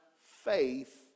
faith